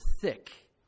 thick